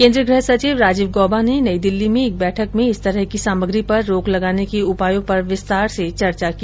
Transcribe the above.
केन्द्रीय गृह सचिव राजीव गौबा ने नई दिल्ली में एक बैठक में इस तरह की सामग्री पर रोक लगाने के उपायों पर विस्तार से चर्चा की